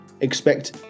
expect